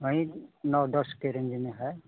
वहीं नौ दस के रेन्ज में है